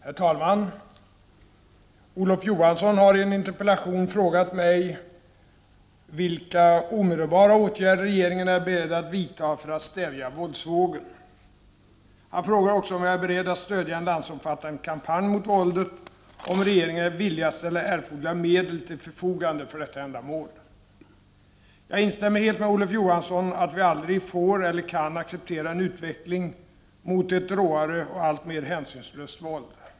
Herr talman! Olof Johansson har i en interpellation frågat mig vilka omedelbara åtgärder regeringen är beredd att vidta för att stävja våldsvågen. Han frågar också om jag är beredd att stödja en landsomfattande kampanj mot våldet och om regeringen är villig att ställa erforderliga medel till förfogande för detta ändamål. Jag instämmer helt med Olof Johansson att vi aldrig får eller kan acceptera en utveckling mot ett råare och alltmer hänsynslöst våld.